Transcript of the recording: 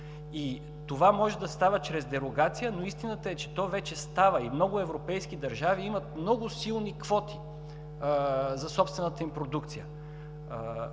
Това може да става чрез дерогация, но истината е, че то вече става и много европейски държави имат много силни квоти за собствената им продукция.